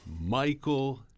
Michael